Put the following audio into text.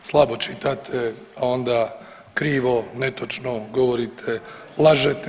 Slabo čitate, onda krivo, netočno govorite, lažete.